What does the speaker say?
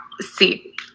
See